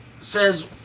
says